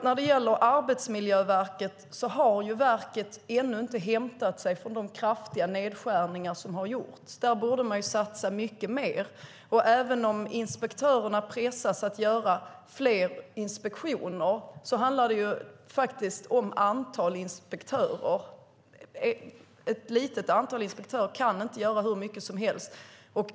När det gäller Arbetsmiljöverket har verket ännu inte hämtat sig från de kraftiga nedskärningar som har gjorts. Där borde man satsa mycket mer. Även om inspektörerna pressas att göra fler inspektioner handlar det om antalet inspektörer - ett litet antal inspektörer kan inte göra hur mycket som helst.